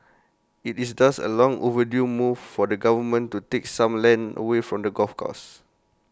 IT is thus A long overdue move for the government to take some land away from the golf courses